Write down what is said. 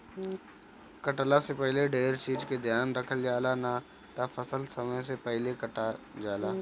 कटला से पहिले ढेर चीज के ध्यान रखल जाला, ना त फसल समय से पहिले कटा जाला